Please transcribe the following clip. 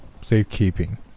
Safekeeping